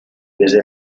desde